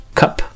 cup